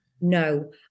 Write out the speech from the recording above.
no